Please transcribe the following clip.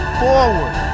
forward